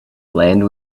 land